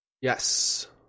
Yes